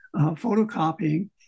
photocopying